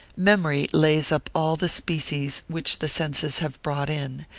memory lays up all the species which the senses have brought in,